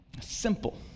Simple